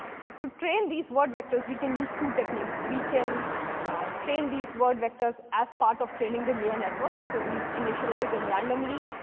so to train these word vectors, we can use two techniques. we can train these word vectors as part of training the neural network. so we initialize them randomly,